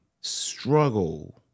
Struggle